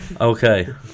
Okay